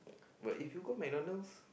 but if you go McDonald's